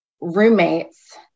roommates